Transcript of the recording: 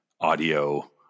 audio